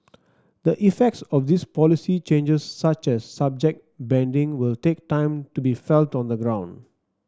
the effects of these policy changes such as subject banding will take time to be felt on the ground